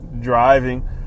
driving